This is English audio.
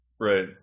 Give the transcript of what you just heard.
Right